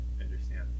understand